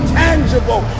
tangible